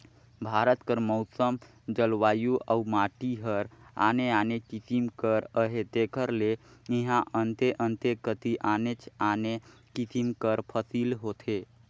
भारत कर मउसम, जलवायु अउ माटी हर आने आने किसिम कर अहे तेकर ले इहां अन्ते अन्ते कती आनेच आने किसिम कर फसिल होथे